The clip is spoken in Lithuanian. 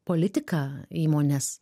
politika įmonės